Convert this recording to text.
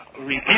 review